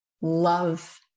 love